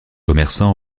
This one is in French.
commerçants